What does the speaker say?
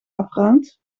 afruimt